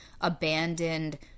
abandoned